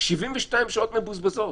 72 שעות מבוזבזות.